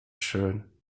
schön